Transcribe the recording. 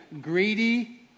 greedy